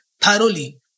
thoroughly